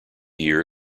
year